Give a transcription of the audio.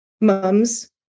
mums